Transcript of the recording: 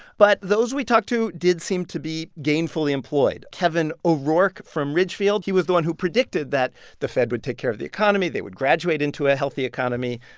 but those we talked to did seem to be gainfully employed. kevin o'rourke from ridgefield he was the one who predicted that the fed would take care of the economy. they would graduate into a healthy economy.